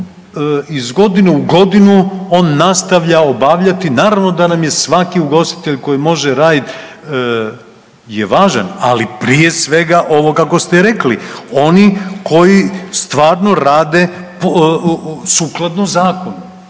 iz godine u godinu on nastavlja obavljati. Naravno da nam je svaki ugostitelj koji može radit je važan, ali prije svega ovo kako ste rekli, oni koji stvarno rade sukladno zakonu,